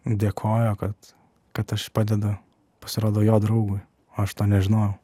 dėkojo kad kad aš padedu pasirodo jo draugui aš to nežinojau